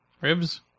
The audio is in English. Ribs